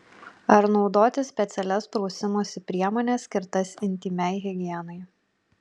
ar naudoti specialias prausimosi priemones skirtas intymiai higienai